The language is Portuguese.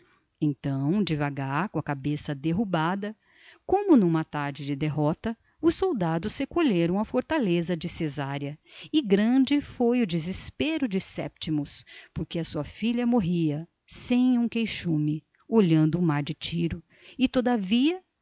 então devagar com a cabeça derrubada como numa tarde de derrota os soldados recolheram à fortaleza de cesareia e grande foi o desespero de sétimo porque sua filha morria sem um queixume olhando o mar de tiro e todavia